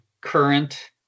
current